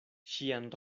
ŝian